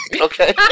Okay